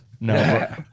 No